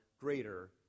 greater